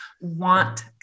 want